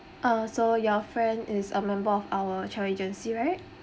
uh so your friend is a member of our travel agency right